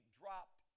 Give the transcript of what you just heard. dropped